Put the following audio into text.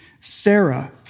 Sarah